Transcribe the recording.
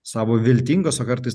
savo viltingus o kartais